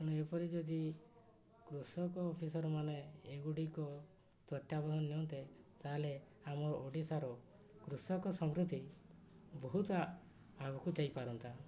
ତେଣୁ ଏପରି ଯଦି କୃଷକ ଅଫିସର୍ ମାନେ ଏଗୁଡ଼ିକ ତତ୍ୟାବଧାନ୍ ନିଅନ୍ତେ ତାହେଲେ ଆମ ଓଡ଼ିଶାର କୃଷକ ସମୃଦ୍ଧି ବହୁତ ଆଗକୁ ଯାଇପାରନ୍ତା